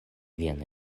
vian